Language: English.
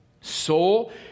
soul